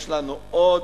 יש לנו עוד,